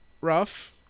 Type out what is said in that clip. rough